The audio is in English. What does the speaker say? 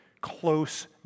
close